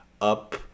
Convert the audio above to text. up